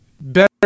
Better